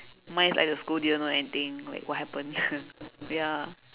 mine is like the school didn't know anything like what happened ya